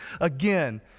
again